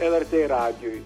lrt radijui